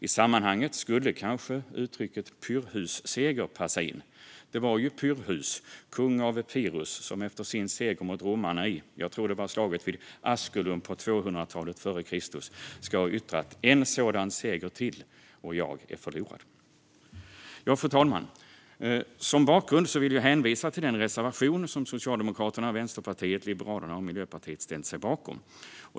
I sammanhanget skulle kanske uttrycket pyrrhusseger passa in. Det var ju Pyrrhus, kung av Epirus, som efter sin seger mot romarna i - tror jag - slaget vid Asculum på 200-talet före Kristus ska ha yttrat: "En sådan seger till och jag är förlorad." Fru talman! Som bakgrund vill jag hänvisa till den reservation som Socialdemokraterna, Vänsterpartiet, Liberalerna och Miljöpartiet har ställt sig bakom.